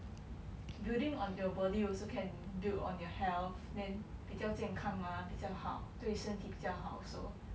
building on your body also can build on your health then 比较健康 mah 比较好对身体比较好 so